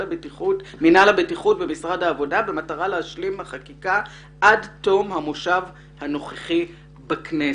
הבטיחות במשרד העבודה במטרה להשלים את החקיקה עד תום המושב הנוכחי בכנסת".